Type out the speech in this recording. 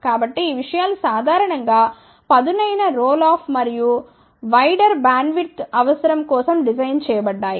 కాబట్టి ఈ విషయాలు సాధారణం గా పదునైన రోల్ ఆఫ్ మరియు వైడర్ బ్యాండ్విడ్త్ అవసరం కోసం డిజైన్ చేయబడ్డాయి